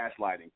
gaslighting